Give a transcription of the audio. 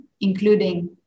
including